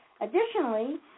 Additionally